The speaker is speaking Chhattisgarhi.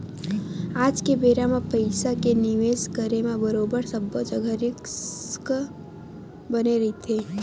आज के बेरा म पइसा के निवेस करे म बरोबर सब्बो जघा रिस्क बने रहिथे